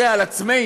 זה על עצמנו.